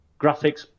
graphics